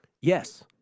Yes